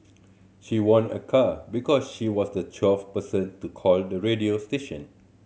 she won a car because she was the twelfth person to call the radio station